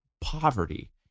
poverty